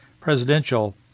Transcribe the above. presidential